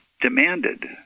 demanded